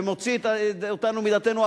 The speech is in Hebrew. ומוציא אותנו מדעתנו,